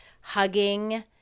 hugging